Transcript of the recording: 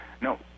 no